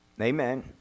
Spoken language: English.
Amen